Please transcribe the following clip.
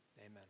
Amen